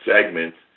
segments